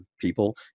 people